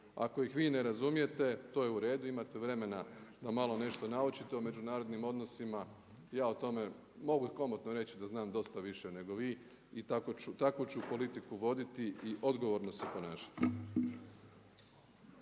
Ako ih vi ne razumijete, to je u redu, imate vremena da malo nešto naučite u međunarodnim odnosima, ja o tome mogu komotno reći da znam dosta više nego vi i takvu ću politiku voditi i odgovorno se ponašati.